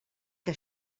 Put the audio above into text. que